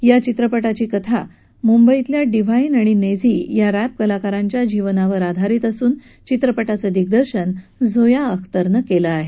या चित्रपटाची कथा मुंबईतल्या डिव्हाईन आणि नेझी या रॅप कलाकारांच्या जीवनावर आधारलेली असून चित्रपटाचं दिग्दर्शन झोया अख्तरनं केलं आहे